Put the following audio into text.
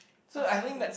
personal believe